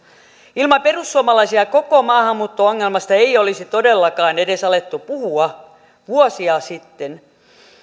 ilman perussuomalaisia koko maahanmuutto ongelmasta ei olisi todellakaan edes alettu puhua vuosia sitten